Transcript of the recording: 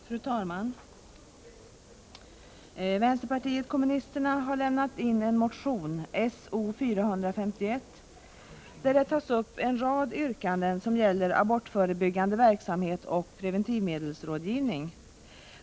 Fru talman! Vpk har lämnat in en motion, S0451, med en rad yrkanden som gäller abortförebyggande verksamhet och preventivmedelsrådgivning.